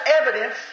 evidence